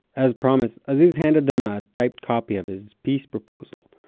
as promised, aziz handed them a typed copy of his peace proposal,